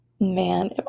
man